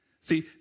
See